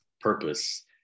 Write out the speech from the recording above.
purpose